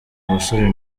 musore